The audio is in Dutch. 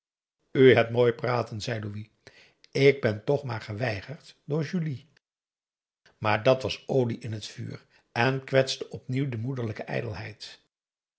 hebt mooi praten zei louis ik ben toch maar geweigerd door julie maar dat was olie in het vuur en kwetste opnieuw de moederlijke